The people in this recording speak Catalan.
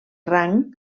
rang